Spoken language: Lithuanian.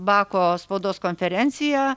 bako spaudos konferenciją